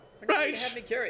right